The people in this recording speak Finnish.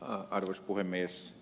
arvoisa puhemies